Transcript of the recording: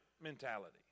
mentality